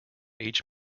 each